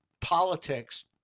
politics